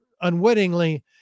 unwittingly